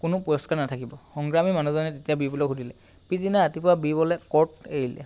কোনো পুৰস্কাৰ নাথাকিব সংগ্ৰামী মানুহজনে তেতিয়া বীৰবলক সুধিলে পিছদিনা ৰাতিপুৱা বীৰবলে কোৰ্ট এৰিলে